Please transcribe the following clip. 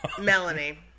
melanie